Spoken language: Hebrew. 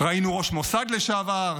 ראינו ראש מוסד לשעבר,